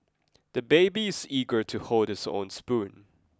the baby is eager to hold his own spoon